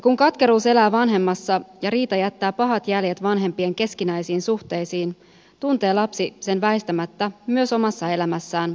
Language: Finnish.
kun katkeruus elää vanhemmassa ja riita jättää pahat jäljet vanhempien keskinäisiin suhteisiin tuntee lapsi sen väistämättä myös omassa elämässään pahan olon aiheuttajana